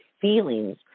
feelings